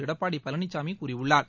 எடப்பாடி பழனிசாமி கூறியுள்ளார்